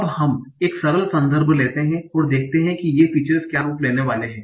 अब हम एक सरल संदर्भ लेते हैं और देखते हैं कि ये फीचर्स क्या रूप लेने वाली हैं